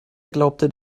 glaubt